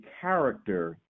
character